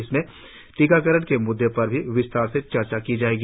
इसमें टीकाकरण के म्द्दे पर भी विस्तार से चर्चा होगी